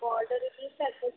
బోర్డర్కి సరిపోతుంది